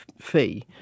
fee